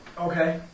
Okay